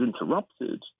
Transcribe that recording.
interrupted